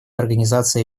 организации